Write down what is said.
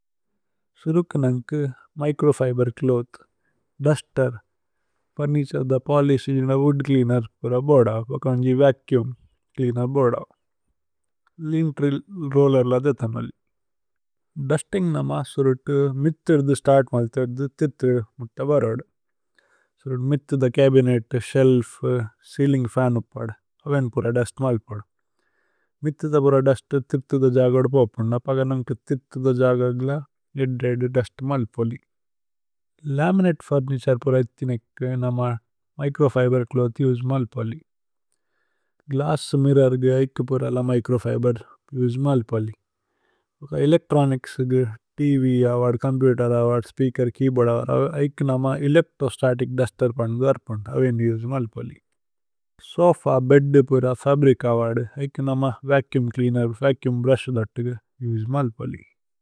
സുരുക്കു നന്കു microfibre cloth, duster. Furniture ധ പോലിശി ന വൂദ് ച്ലേഅനേര്। പുര ബോദ വകോന്ജി വചൂമ് ച്ലേഅനേര് ബോദ,। ലിന്ത്രി രോല്ലേര് ല ധേ തന്വലി। ദുസ്തിന്ഗ് നമ സുരുതു മിത്ഥു ധു സ്തര്ത്। മല്ഥു ധു, തിത്ഥു ധു, മുത്ത വരുദു। സുരുതു മിത്ഥു ധ ചബിനേത് ശേല്ഫ് ചേഇലിന്ഗ്। ഫന് ഉപ്പദു, ഓവേന് പുര ദുസ്ത് മലിപദു। മിത്ഥു ധ പുര ദുസ്ത് തിത്ഥു ധു ജാഗദു। പോപ്പുന്ദ പഗനമ്കു തിത്ഥു ധു ജാഗഗ്ല। ഏദ്ദ ഏദ്ദ ദുസ്ത് മല്പോലി ലമിനതേ ഫുര്നിതുരേ। പുര ഇത്ഥിനിക്കു നമ മിച്രോഫിബേര് ച്ലോഥ് ഉസേ। മല്പോലി ഗ്ലസ്സ് മിര്രോര് ഗി ഏക്കു പുരല। മിച്രോഫിബേര് ഉസേ മല്പോലി ഏക്ക ഏലേച്ത്രോനിച്സ്। ഗി ത്വ് അവദു ചോമ്പുതേര് അവദു സ്പേഅകേര്। കേയ്ബോഅര്ദ് അവദു ഏക്കു നമ ഏലേച്ത്രോസ്തതിച്। ദുസ്തേര് പന്ദു വര്പന്ദു അവേന് ഉസേ മല്പോലി। സോഫ ബേദ് പുര ഫബ്രിച് അവദു ഏക്കു നമ വചൂമ്। ച്ലേഅനേര് വചൂമ് ബ്രുശ് ധത്തുഗേ ഉസേ മല്പോലി।